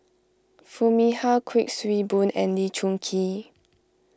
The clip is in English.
Foo Mee Har Kuik Swee Boon and Lee Choon Kee